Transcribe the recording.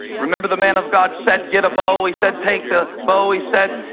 remember, the man of god said, get a bow. he said, take the bow. he said,